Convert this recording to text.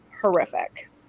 horrific